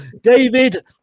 David